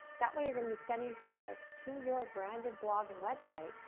that way you're gonna be sending traffic to your branded blog and website,